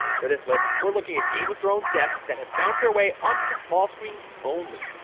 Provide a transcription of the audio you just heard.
for this list, we're looking at game of thrones deaths that have found their way onto the small screens only.